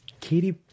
Katy